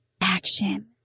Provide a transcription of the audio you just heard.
action